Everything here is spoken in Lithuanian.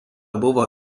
buvo